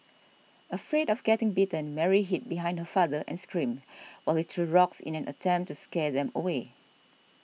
afraid of getting bitten Mary hid behind her father and screamed while he threw rocks in an attempt to scare them away